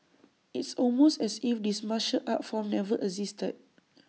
it's almost as if this martial art form never existed